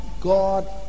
God